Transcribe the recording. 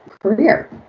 career